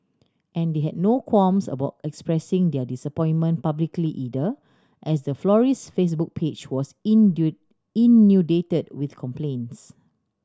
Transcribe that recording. and they had no qualms about expressing their disappointment publicly either as the florist Facebook page was inundated with complaints